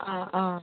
ആ ആ